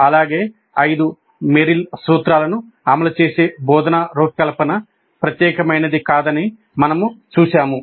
అలాగే ఐదు మెర్రిల్ సూత్రాలను అమలు చేసే బోధనా రూపకల్పన ప్రత్యేక మైనది కాదని మనము చూశాము